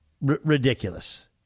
ridiculous